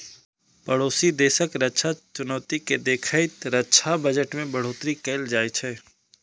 पड़ोसी देशक रक्षा चुनौती कें देखैत रक्षा बजट मे बढ़ोतरी कैल जाइ छै